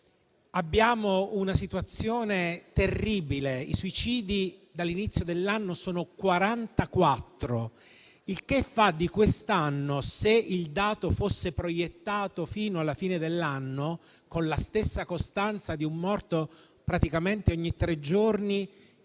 Abbiamo una situazione terribile: i suicidi dall'inizio dell'anno sono 44, il che fa di quest'anno, se il dato fosse proiettato fino alla fine dell'anno, con la stessa costanza di un morto praticamente ogni tre giorni,